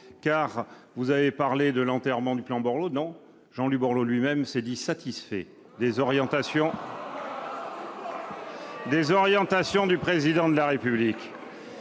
! Vous avez parlé de l'enterrement du plan Borloo. Non ! Jean-Louis Borloo lui-même s'est dit satisfait des orientations du Président de la République.